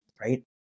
right